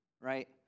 right